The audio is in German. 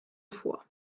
vor